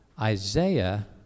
Isaiah